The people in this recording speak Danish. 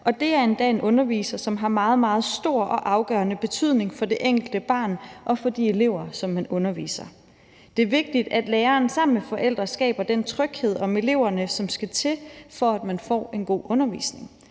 det er endda en underviser, som har meget, meget stor og afgørende betydning for det enkelte barn og for de elever, som man underviser ... Det er vigtigt, at læreren sammen med forældre skaber den tryghed om eleverne, som skal til, for at man får en god undervisning.